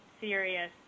serious